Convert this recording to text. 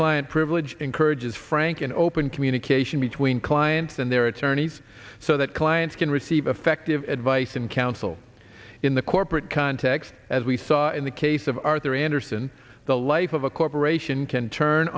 client privilege encourages frank and open communication between clients and their attorneys so that clients can receive effective advice and counsel in the corporate context as we saw in the case of arthur andersen the life of a corporation can turn